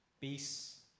peace